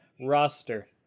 roster